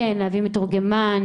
להביא מתורגמן,